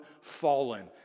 fallen